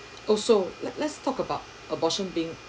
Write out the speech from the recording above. also let's let's talk about abortion being